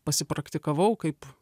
pasipraktikavau kaip